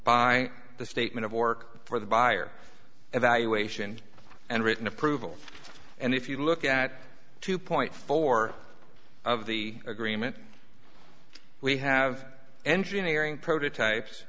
by the statement of work for the buyer evaluation and written approval and if you look at two point four of the agreement we have engineering prototypes